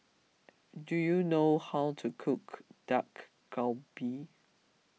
do you know how to cook Dak Galbi